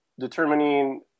determining